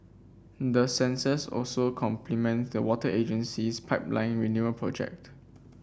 the sensors also complement the water agency's pipeline renewal project